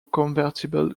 convertible